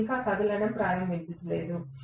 ఇది ఇంకా కదలడం ప్రారంభించలేదు